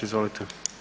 Izvolite.